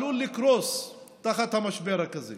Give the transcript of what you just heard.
היא עלולה לקרוס תחת המשבר הזה.